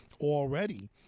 already